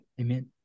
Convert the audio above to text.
Amen